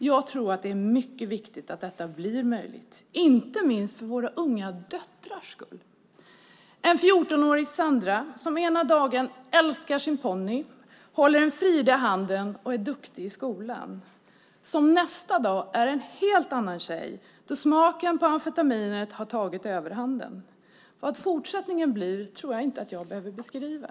Jag tror att det är mycket viktigt att detta blir möjligt, inte minst för våra unga döttrars skull. En 14-årig Sandra som ena dagen älskar sin ponny, håller en Frida i handen och är duktig i skolan är nästa dag en helt annan tjej då smaken på amfetaminet har tagit överhanden. Vad fortsättningen blir tror jag inte att jag behöver beskriva.